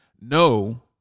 No